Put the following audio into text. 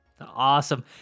awesome